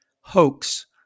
hoax